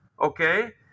okay